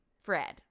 Fred